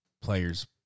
players